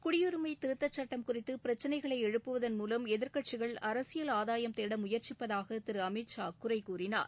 குடியுரிமை திருத்தச் சுட்டம் குறித்து பிரச்சினைகளை எழுப்புவதன் மூலம் எதிர்கட்சிகள் அரசியல் ஆதாயம் தேட முயற்சிப்பதாக திரு அமித்ஷா குறை கூறினார்